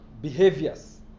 Behaviors